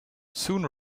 soon